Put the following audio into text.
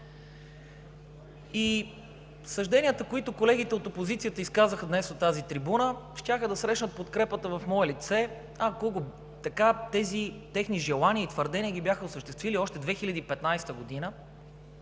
и съжденията, които колегите от опозицията изказаха от тази трибуна, щяха да срещнат подкрепата в мое лице, ако тези техни желания и твърдения ги бяха осъществили още 2015 г.,